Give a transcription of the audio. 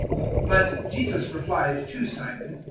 but jesus replied to simon,